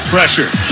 Pressure